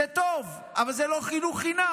זה טוב, אבל זה לא חינוך חינם.